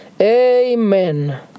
Amen